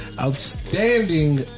Outstanding